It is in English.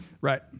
Right